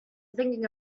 thinking